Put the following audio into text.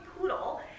poodle